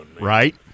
Right